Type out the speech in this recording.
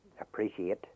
appreciate